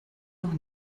noch